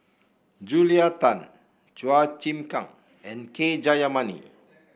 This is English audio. Julia Tan Chua Chim Kang and K Jayamani